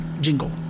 jingle